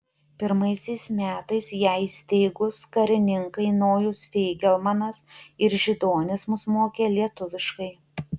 pirmaisiais metais ją įsteigus karininkai nojus feigelmanas ir židonis mus mokė lietuviškai